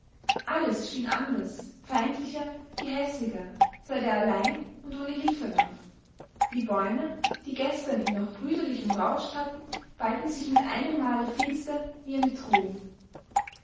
alles schien anders feindlicher gehässiger seit er allein und ohne hilfe war die bäume die gestern ihn noch brüderlich umrauscht hatten ballten sich mit einem male finster wie eine drohung